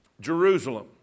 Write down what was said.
Jerusalem